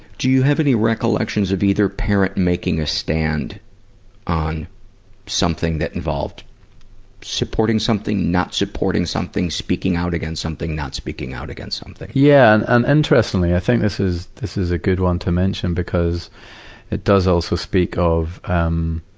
do you have any recollections of either parent making a stand on something that involved supporting, not supporting something, speaking out against something, not speaking out against something? yeah, and interestingly i think this is, this is a good one to mention, because it does also speak of, um,